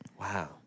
Wow